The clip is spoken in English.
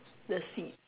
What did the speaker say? the seeds